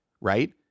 right